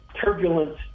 turbulent